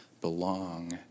belong